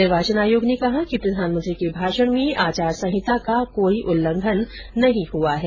निर्वाचन आयोग ने कहा कि प्रधानमंत्री के भाषण में आचार संहिता का कोई उल्लंघन नहीं हुआ है